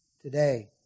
Today